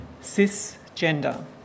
Cisgender